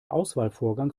auswahlvorgang